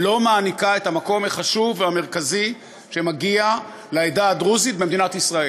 לא מעניקה את המקום החשוב והמרכזי שמגיע לעדה הדרוזית במדינת ישראל.